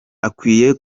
akwiye